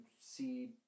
see